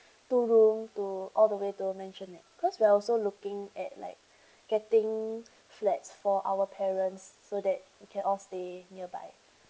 two room to all the way to a maisonette because we are also looking at like getting flats for our parents so that we can all stay nearby